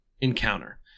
encounter